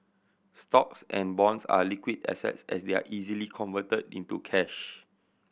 stocks and bonds are liquid assets as they are easily converted into cash